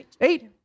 eight